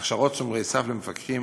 הכשרות "שומרי סף" למפקחים,